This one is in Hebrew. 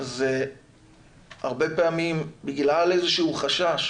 זה הרבה פעמים בגלל איזה שהוא חשש